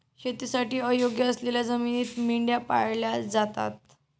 शेतीसाठी अयोग्य असलेल्या जमिनीत मेंढ्या पाळल्या जातात